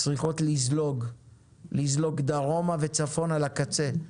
צריכות לזלוג דרומה וצפונה לקצה.